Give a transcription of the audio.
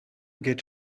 get